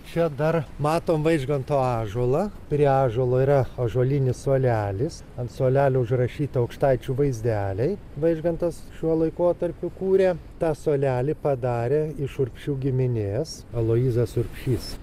čia dar matom vaižganto ąžuolą prie ąžuolo yra ąžuolinis suolelis ant suolelio užrašyta aukštaičių vaizdeliai vaižgantas šiuo laikotarpiu kūrė tą suolelį padarė iš urbšių giminės aloyzas urbšys